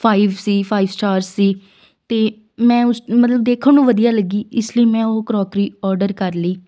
five ਸੀ five star ਸੀ ਅਤੇ ਮੈਂ ਉਸ ਮਤਲਬ ਦੇਖਣ ਨੂੰ ਵਧੀਆ ਲੱਗੀ ਇਸ ਲਈ ਮੈਂ ਉਹ ਕਰੋਕਰੀ ਔਡਰ ਕਰ ਲਈ